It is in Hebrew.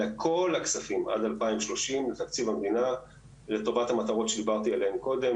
אלא כל הכספים עד 2030 מתקציב המדינה לטובת המטרות שדיברתי עליהן קודם,